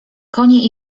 konie